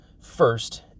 first